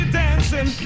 dancing